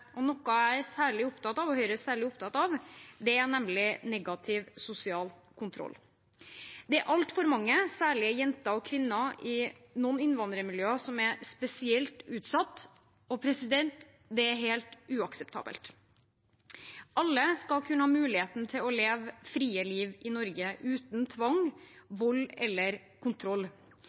Noe jeg og Høyre er særlig opptatt av, er negativ sosial kontroll. Det er særlig jenter og kvinner i noen innvandrermiljøer som er spesielt utsatt. Det er helt uakseptabelt. Alle skal kunne ha muligheten til å leve et fritt liv i Norge uten tvang, vold eller kontroll.